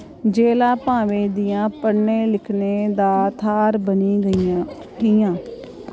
जेह्लां भावें दियां पढ़ने लिखने दा थाह्र बनी गेइयां हियां